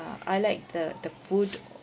I like the the food